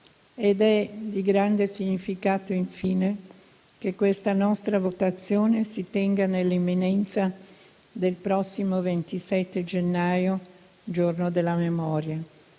È di grande significato, infine, che questa nostra votazione si tenga nell'imminenza del prossimo 27 gennaio, Giorno della Memoria.